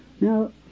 Now